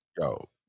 Yo